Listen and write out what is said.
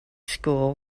school